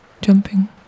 jumping